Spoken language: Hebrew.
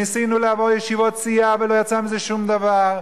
ניסינו לבוא לישיבות סיעה ולא יצא מזה שום דבר.